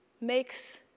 makes